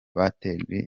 batejwe